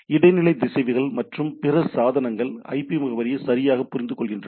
இடைநிலை திசைவிகள் மற்றும் பிற சாதனங்கள் ஐபி முகவரியை சரியாகப் புரிந்துகொள்கின்றன